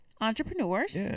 entrepreneurs